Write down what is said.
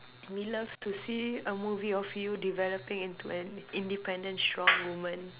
we love to see a movie of you developing into an independent strong woman